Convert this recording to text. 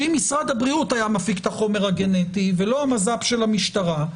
שאם משרד הבריאות היה מפיק את החומר הגנטי ולא המז"פ של המשטרה,